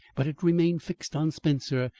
but it remained fixed on spencer,